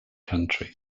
country